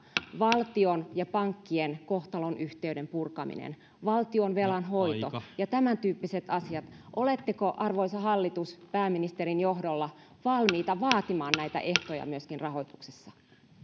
valtion ja pankkien kohtalonyhteyden purkamisessa valtionvelan hoidossa ja tämäntyyppisissä asioissa oletteko arvoisa hallitus pääministerin johdolla valmiita vaatimaan näitä ehtoja rahoituksessa